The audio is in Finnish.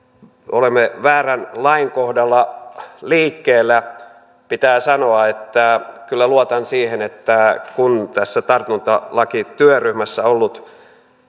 olemme väärän lain kohdalla liikkeellä pitää sanoa että kyllä luotan siihen että kun tässä tartuntatautilakityöryhmässä ollut